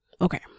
okay